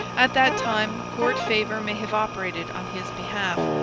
at that time court favour may have operated on his behalf,